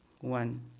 one